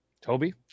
Toby